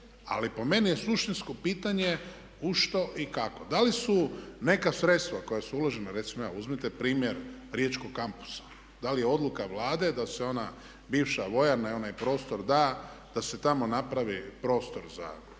ali po meni je suštinsko pitanje u što i kako? Da li su neka sredstva koja su uložena recimo evo uzmite primjer Riječkog kampusa, da li je odluka Vlade da se ona bivša vojarna i onaj prostor da da se tamo napravi prostor za